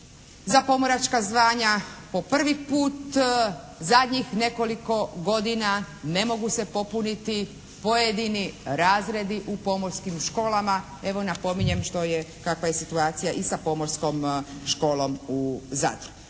za pomoračka zvanja. Po prvi put zadnjih nekoliko godina ne mogu se popuniti pojedini razredi u pomorskim školama, evo napominjem što je i kakva je situacija i sa Pomorskom školom u Zadru.